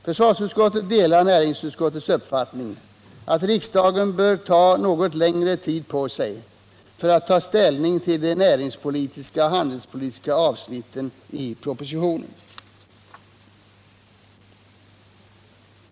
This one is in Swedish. Försvarsutskottet delar näringsutskottets uppfattning att riksdagen bör ta något längre tid på sig för att ta ställning till de näringspolitiska och handelspolitiska avsnitten i propositionen.